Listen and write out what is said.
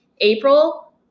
April